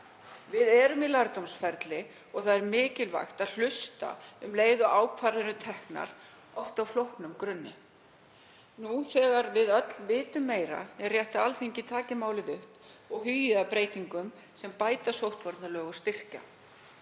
Við erum í lærdómsferli og það er mikilvægt að hlusta um leið og ákvarðanir eru teknar, oft á flóknum grunni. Nú þegar við öll vitum meira er rétt að Alþingi taki málið upp og hugi að breytingum sem bæta og styrkja